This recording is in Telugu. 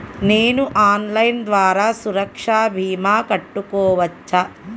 నేను ఆన్లైన్ ద్వారా సురక్ష భీమా కట్టుకోవచ్చా?